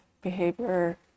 behavior